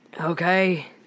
okay